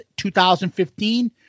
2015